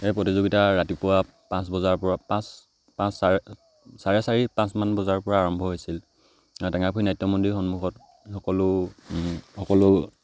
এই প্ৰতিযোগিতা ৰাতিপুৱা পাঁচ বজাৰ পৰা পাঁচ পাঁচ চাৰে চাৰে চাৰি পাঁচ মান বজাৰ পৰা আৰম্ভ হৈছিল টেঙাপুখুৰী নাট্য মন্দিৰৰ সন্মুখত সকলো সকলো